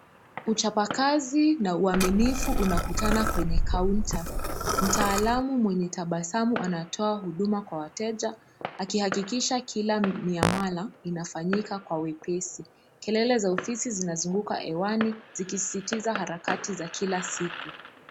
Uchapakazi na uaminifu unakutana kwenye kaunta. Mtaalamu mwenye tabasamu anatoa huduma kwa wateja akihakikisha kila miamala inafanyika kwa wepesi. Kelele za ofisi zinazunguka hewani zikisisitiza harakati za kila siku.